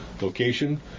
location